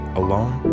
alone